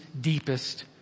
deepest